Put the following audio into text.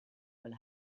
will